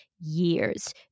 years